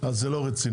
אז זה לא רציני.